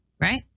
right